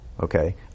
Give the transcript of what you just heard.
Okay